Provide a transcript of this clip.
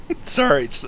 Sorry